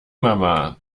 mama